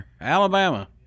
Alabama